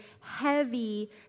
heavy